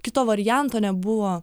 kito varianto nebuvo